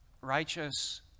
Righteous